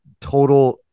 total